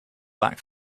back